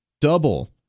double